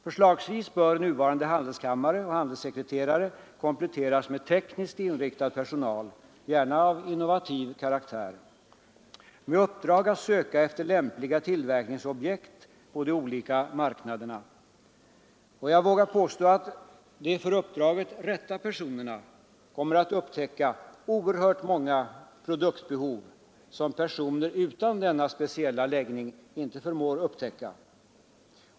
Förslagsvis bör nuvarande handelskamrar och handelssekreterare kompletteras med tekniskt inriktad personal — det får gärna gälla teknik av innovativ karaktär — med uppdrag att söka efter lämpliga tillverkningsobjekt på de olika marknaderna. Jag vågar påstå att de för uppdraget rätta personerna kommer att upptäcka oerhört många produktbehov som personer utan denna speciella läggning inte förmår upptäcka.